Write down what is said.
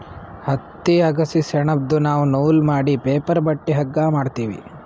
ಹತ್ತಿ ಅಗಸಿ ಸೆಣಬ್ದು ನಾವ್ ನೂಲ್ ಮಾಡಿ ಪೇಪರ್ ಬಟ್ಟಿ ಹಗ್ಗಾ ಮಾಡ್ತೀವಿ